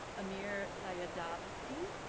amir sayadabdi,